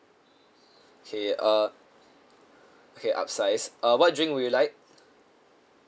okay uh okay upsize uh what drink would you like